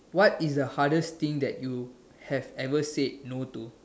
what is the hardest thing that you have ever said no to